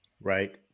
Right